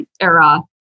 Era